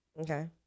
Okay